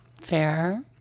Fair